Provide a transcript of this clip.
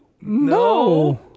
No